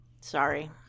Sorry